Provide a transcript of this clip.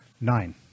Nine